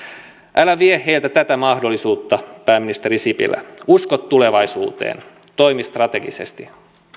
älä vie heiltä tätä mahdollisuutta pääministeri sipilä usko tulevaisuuteen toimi strategisesti